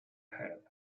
head